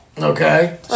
Okay